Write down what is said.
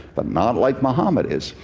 but not like muhammad is.